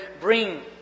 bring